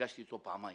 נפגשתי אתו פעמיים.